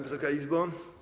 Wysoka Izbo!